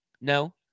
No